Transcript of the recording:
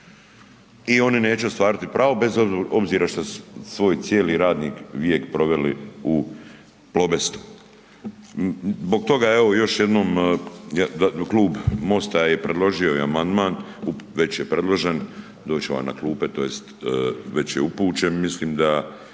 i oni neće ostvariti pravo bez obzira što su svoj cijeli radni vijek proveli u Plobestu. Zbog toga evo, još jednom da Klub Mosta je predložio i amandman, već je predložen, doći će vam na klupe, tj. već je upućen, mislim da